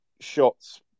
shots